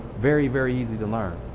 very very easy to learn.